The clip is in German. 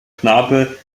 knabe